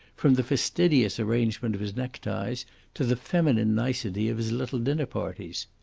from the fastidious arrangement of his neckties to the feminine nicety of his little dinner-parties.